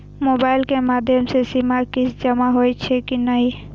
Mobile के माध्यम से सीमा किस्त जमा होई छै कि नहिं?